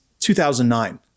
2009